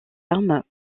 armes